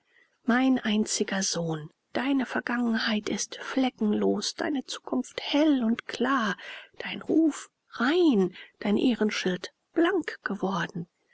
mein einziger sohn deine vergangenheit ist fleckenlos deine zukunft hell und klar dein ruf rein dein ehrenschild blank geworden